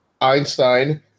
Einstein